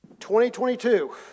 2022